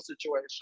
situation